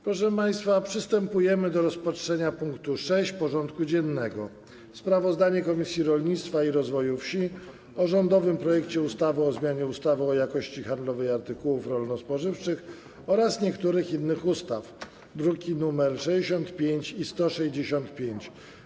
Przystępujemy do rozpatrzenia punktu 6. porządku dziennego: Sprawozdanie Komisji Rolnictwa i Rozwoju Wsi o rządowym projekcie ustawy o zmianie ustawy o jakości handlowej artykułów rolno-spożywczych oraz niektórych innych ustaw (druki nr 65 i 165)